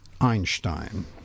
Einstein